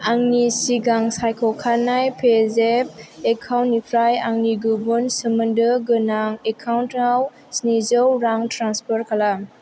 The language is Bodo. आंनि सिगां सायख'खानाय पेजेफ एकाउन्टनिफ्राय आंनि गुबुन सोमोन्दो गोनां एकाउन्टाव स्निजौ रां ट्रेन्सफार खालाम